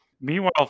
meanwhile